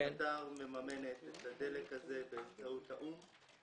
קטאר מממנת את הדלק הזה באמצעות האו"ם.